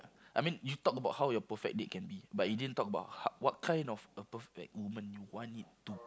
I mean you talked about how your perfect date can be but you didn't talk about h~ what kind of a perfect woman you want it to